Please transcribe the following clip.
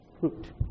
fruit